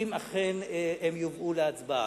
אם אכן הן יובאו להצבעה.